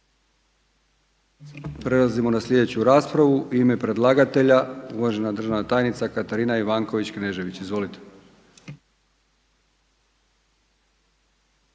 Prelazimo na sljedeću raspravu. U ime predlagatelja uvažena državna tajnica Katarina Ivanković Knežević. Izvolite.